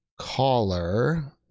caller